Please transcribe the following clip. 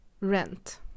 Rent